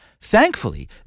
Thankfully